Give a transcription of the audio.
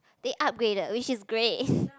they upgraded which is great